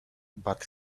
but